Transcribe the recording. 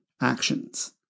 actions